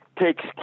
takes